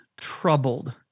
troubled